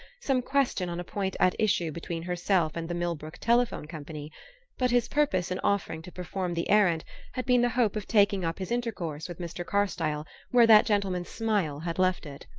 some question on a point at issue between herself and the millbrook telephone company but his purpose in offering to perform the errand had been the hope of taking up his intercourse with mr. carstyle where that gentleman's smile had left it.